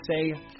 say